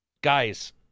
guys